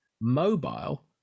Mobile